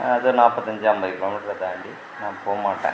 அதுவே நாப்பத்தஞ்சு அம்பது கிலோமீட்டரை தாண்டி நான் போகமாட்டேன்